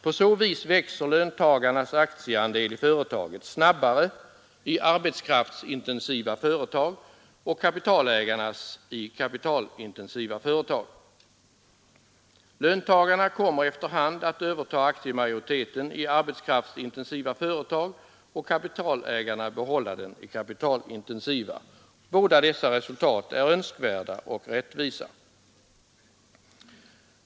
På så vis växer löntagarnas aktieandel i företaget snabbare i arbetskraftsintensiva företag och kapitalägarnas i kapitalintensiva företag. Löntagarna kommer efter hand att överta aktiemajoriteten i arbetskraftsintensiva företag och kapitalägarna behålla den i kapitalintensiva företag. Båda dessa resultat är önskvärda och rättvisa.